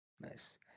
Nice